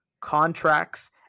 contracts